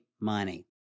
money